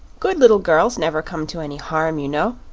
good little girls never come to any harm, you know.